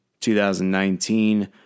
2019